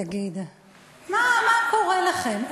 תגידו, מה קורה לכם?